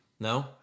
No